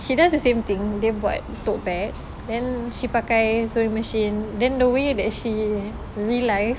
she does the same thing dia buat tote bag then she pakai sewing machine then the way that she realise